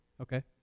Okay